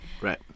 right